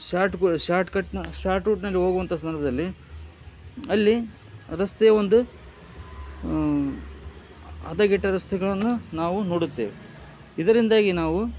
ಶಾರ್ಟ್ಗಳು ಶಾರ್ಟ್ಕಟ್ನ ಶಾರ್ಟ್ವುಡ್ನಲ್ಲಿ ಹೋಗುವಂಥ ಸಂದರ್ಭದಲ್ಲಿ ಅಲ್ಲಿ ರಸ್ತೆ ಒಂದು ಹದೆಗೆಟ್ಟ ರಸ್ತೆಗಳನ್ನು ನಾವು ನೋಡುತ್ತೇವೆ ಇದರಿಂದಾಗಿ ನಾವು